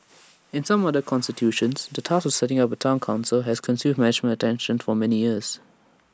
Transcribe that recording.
in some other constituencies the task of setting up A Town Council has consumed management attention for many years